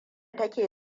take